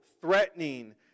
threatening